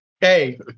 Hey